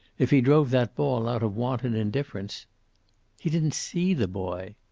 if he drove that ball out of wanton indifference he didn't see the boy.